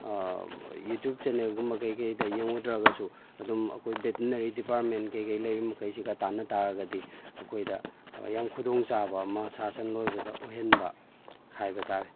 YouTube ꯆꯦꯅꯦꯜꯒꯨꯝꯕ ꯀꯩꯀꯩꯗ ꯌꯦꯡꯂꯨꯗ꯭ꯔꯒꯁꯨ ꯑꯗꯨꯝ ꯑꯩꯈꯣꯏ ꯕꯦꯇꯅꯔꯤ ꯗꯤꯄꯥꯔꯠꯃꯦꯟ ꯀꯩ ꯀꯩ ꯂꯩꯔꯤ ꯃꯈꯩꯁꯤꯒ ꯇꯥꯟꯅ ꯇꯥꯔꯒꯗꯤ ꯑꯩꯈꯣꯏꯗ ꯌꯥꯝ ꯈꯨꯗꯣꯡ ꯆꯥꯕ ꯑꯃ ꯁꯥ ꯁꯟ ꯂꯣꯏꯕꯗ ꯑꯣꯏꯍꯟꯕ ꯍꯥꯏꯕ ꯇꯥꯔꯦ